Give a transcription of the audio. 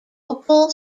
vocal